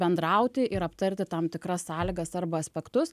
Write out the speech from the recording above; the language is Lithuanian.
bendrauti ir aptarti tam tikras sąlygas arba aspektus